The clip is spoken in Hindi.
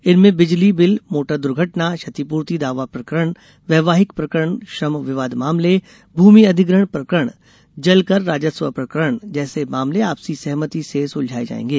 इनमें बिजली बिल मोटर द्र्घटना क्षतिपूर्ति दावा प्रकरण वैवाहिक प्रकरण श्रम विवाद मामले भूमि अधिग्रहण प्रकरण जलकर राजस्व प्रकरण जैसे मामले आपसी सहमति सुलझाये जायेंगे